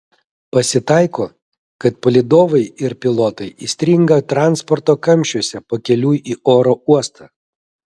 pasitaiko kad palydovai ir pilotai įstringa transporto kamščiuose pakeliui į oro uostą